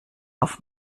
auf